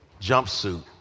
jumpsuit